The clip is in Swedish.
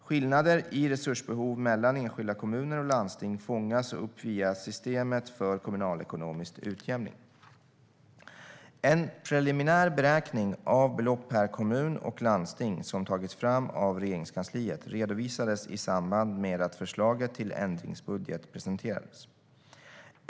Skillnader i resursbehov mellan enskilda kommuner och landsting fångas upp via systemet för kommunalekonomisk utjämning. En preliminär beräkning av belopp per kommun och landsting, vilken tagits fram av Regeringskansliet, redovisades i samband med att förslaget till ändringsbudget presenterades.